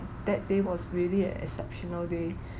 that day was really an exceptional day